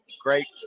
Great